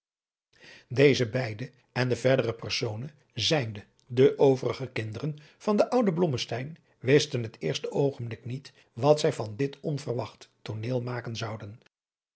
deze beide en de verdere personen zijnde de overige kinderen van den ouden blommesteyn wisten het eerste oogenblik niet wat zij van dit onverwacht tooneel maken zouden